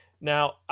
Now